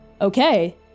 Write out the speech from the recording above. Okay